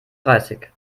dreißig